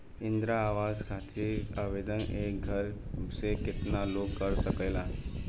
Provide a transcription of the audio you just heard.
इंद्रा आवास खातिर आवेदन एक घर से केतना लोग कर सकेला?